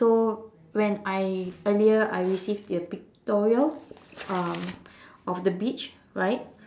so when I earlier I receive their pictorial um of the beach right